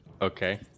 Okay